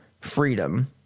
freedom